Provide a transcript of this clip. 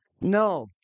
No